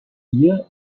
year